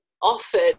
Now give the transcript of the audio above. offered